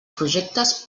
projectes